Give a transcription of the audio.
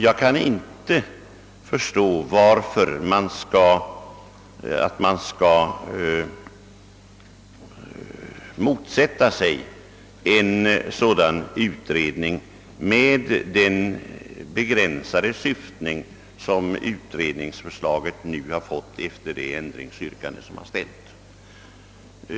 Jag kan inte förstå, varför man skall motsätta sig en utredning med den begränsade syftning som utredningsförslaget nu har fått efter det ändringsyrkande som jag ställt.